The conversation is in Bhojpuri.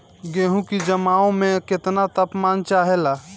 गेहू की जमाव में केतना तापमान चाहेला?